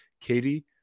Katie